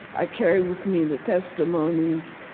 i carried with me the testimonies.